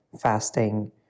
fasting